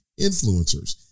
influencers